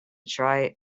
try